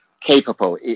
capable